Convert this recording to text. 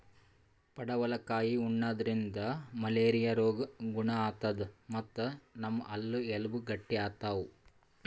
ಪಡವಲಕಾಯಿ ಉಣಾದ್ರಿನ್ದ ಮಲೇರಿಯಾ ರೋಗ್ ಗುಣ ಆತದ್ ಮತ್ತ್ ನಮ್ ಹಲ್ಲ ಎಲಬ್ ಗಟ್ಟಿ ಆತವ್